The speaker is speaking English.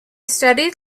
studied